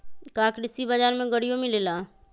का कृषि बजार में गड़ियो मिलेला?